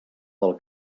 del